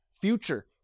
Future